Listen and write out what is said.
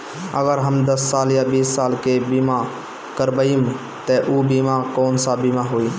अगर हम दस साल या बिस साल के बिमा करबइम त ऊ बिमा कौन सा बिमा होई?